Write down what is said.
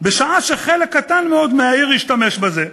בשעה שחלק קטן מאוד מתושבי העיר ישתמשו בזה.